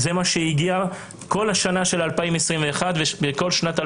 זה מה שהגיע בכל שנת 2021 ו-2020,